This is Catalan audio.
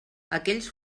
aquells